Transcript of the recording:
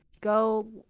go